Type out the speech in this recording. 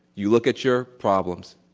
you look at your problems,